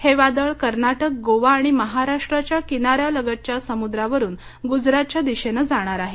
हे वादळ कर्नाटक गोवा आणि महाराष्ट्राच्या किनाऱ्यालगतच्या समुद्रावरून गुजरातच्या दिशेनं जाणार आहे